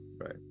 right